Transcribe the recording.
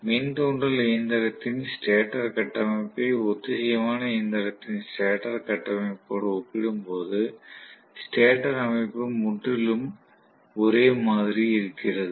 மின் தூண்டல் இயந்திரத்தின் ஸ்டேட்டர் கட்டமைப்பை ஒத்திசைவான இயந்திரத்தின் ஸ்டேட்டர் கட்டமைப்போடு ஒப்பிடும்போது ஸ்டேட்டர் அமைப்பு முற்றிலும் ஒரே மாதிரி இருக்கிறது